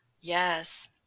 Yes